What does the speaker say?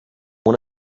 una